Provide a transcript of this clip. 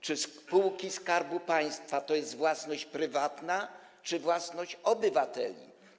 Czy spółki Skarbu Państwa to jest własność prywatna, czy własność obywateli?